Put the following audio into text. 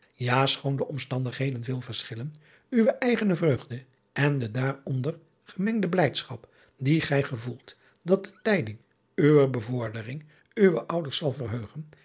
a schoon de omstandigheden veel verschillen uwe eigene vreugde en de daaronder gemengde blijdschap die gij gevoelt dat de tijding uwer bevordering uwe ouders zal verheugen